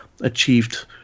achieved